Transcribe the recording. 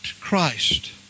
Christ